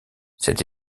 cette